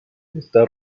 está